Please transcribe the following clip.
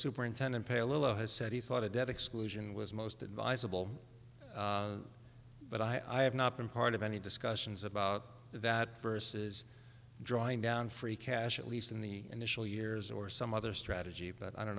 superintendent palo has said he thought the debt exclusion was most advisable but i have not been part of any discussions about that versus drawing down free cash at least in the initial years or some other strategy but i don't